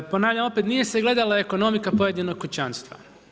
Ponavljam opet, nije se gledala ekonomika pojedinog kućanstva.